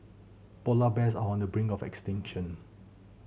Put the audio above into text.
polar bears are on the brink of extinction